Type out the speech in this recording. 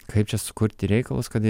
kaip čia sukurti reikalus kad